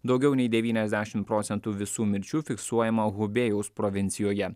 daugiau nei devyniasdešim procentų visų mirčių fiksuojama hubėjaus provincijoje